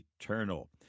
eternal